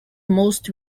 most